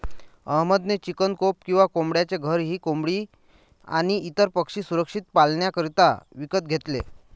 अहमद ने chicken coop किंवा कोंबड्यांचे घर ही कोंबडी आणी इतर पक्षी सुरक्षित पाल्ण्याकरिता विकत घेतले